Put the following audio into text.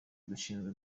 dushinzwe